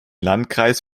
landkreis